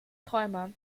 träumer